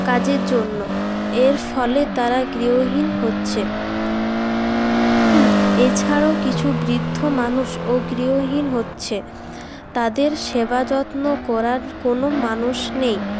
কাজের জন্য এর ফলে তারা গৃহহীন হচ্ছে এছাড়াও কিছু বৃদ্ধ মানুষও গৃহহীন হচ্ছে তাদের সেবাযত্ন করার কোনো মানুষ নেই